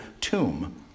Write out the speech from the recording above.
tomb